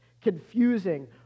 confusing